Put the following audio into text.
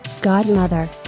Godmother